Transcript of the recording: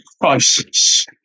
crisis